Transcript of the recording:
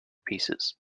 pieces